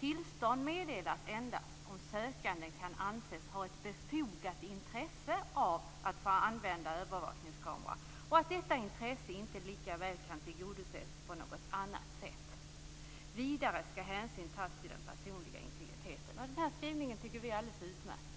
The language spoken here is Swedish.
tillstånd endast meddelas om sökanden kan anses ha ett befogat intresse av att få använda övervakningskamera och att detta intresse inte lika väl kan tillgodoses på något annat sätt. Vidare skall hänsyn tas till den personliga integriteten. Denna skrivning tycker vi är alldeles utmärkt.